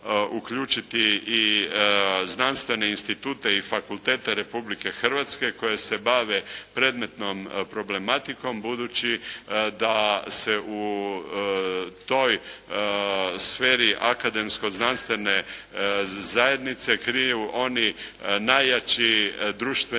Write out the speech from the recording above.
uključiti i znanstvene institute i fakultete Republike Hrvatske koji se bave predmetnom problematikom budući da se u toj sferi akademsko-znanstvene zajednice kriju oni najjači društveni